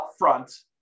upfront